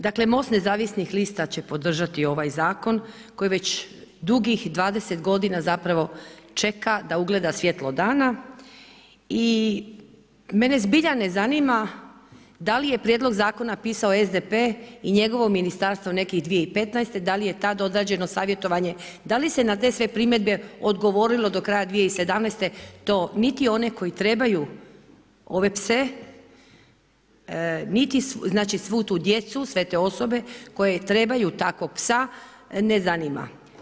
Dakle, MOST nezavisnih lista će podržati ovaj zakon koji već dugih 20 godina zapravo čeka da ugleda svjetlo dana i mene zbilja ne zanima da li je prijedlog zakona pisao SDP i njegovo ministarstvo nekih 2015., da li je tad odrađeno savjetovanje, da li se na te sve primjedbe odgovorilo do kraja 2017., to niti one koji trebaju ove pse niti svi tu djecu, sve se to osobe koje trebaju tako psa, ne zanima.